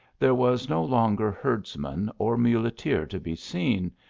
there was no longer herdsman or muleteer to be seen,